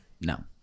No